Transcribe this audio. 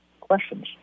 questions